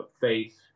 faith